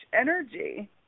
energy